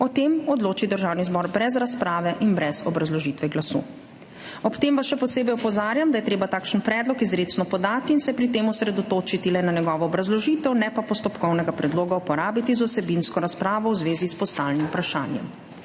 O tem odloči Državni zbor brez razprave in brez obrazložitve glasu. Ob tem vas še posebej opozarjam, da je treba takšen predlog izrecno podati in se pri tem osredotočiti le na njegovo obrazložitev, ne pa postopkovnega predloga uporabiti za vsebinsko razpravo v zvezi s postavljenim vprašanjem.